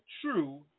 true